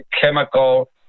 chemical